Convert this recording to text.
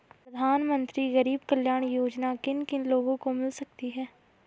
प्रधानमंत्री गरीब कल्याण योजना किन किन लोगों को मिल सकती है?